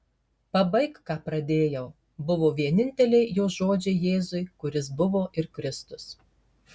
pabaik ką pradėjau buvo vieninteliai jo žodžiai jėzui kuris buvo ir kristus